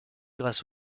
grâce